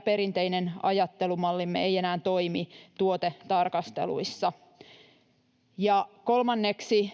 perinteinen ajattelumallimme ei enää toimi tuotetarkasteluissa. Ja kolmanneksi: